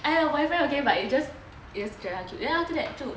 !aiya! whatever okay but 我觉得他 cute then after that 就